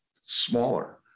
smaller